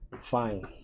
fine